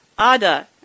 Ada